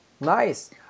Nice